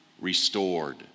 restored